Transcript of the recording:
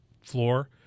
floor